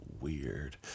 weird